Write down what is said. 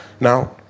Now